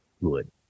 good